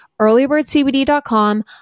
Earlybirdcbd.com